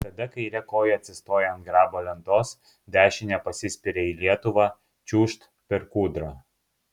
tada kaire koja atsistoja ant grabo lentos dešine pasispiria į lietuvą čiūžt per kūdrą